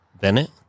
Bennett